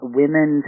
women